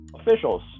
officials